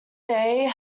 day